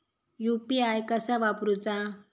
UPI कसा वापरूचा?